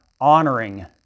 honoring